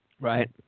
Right